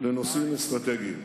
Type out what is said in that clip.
לנושאים אסטרטגיים.